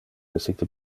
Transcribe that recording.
essite